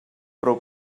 prou